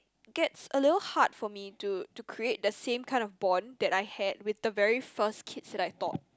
gets a little hard for me to to create the same kind of bond that I had with the very first kids that I taught